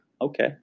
Okay